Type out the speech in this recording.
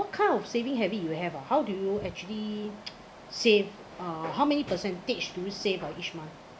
what kind of saving habit you have ah how do you actually save uh how many percentage do you save ah each month